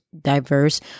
diverse